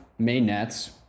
mainnets